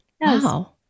Wow